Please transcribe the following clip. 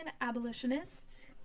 abolitionist